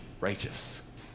righteous